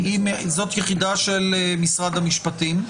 זאת יחידה של משרד המשפטים,